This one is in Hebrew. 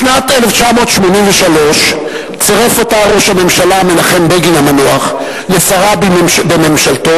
בשנת 1983 צירף אותה ראש הממשלה מנחם בגין המנוח לשרה בממשלתו,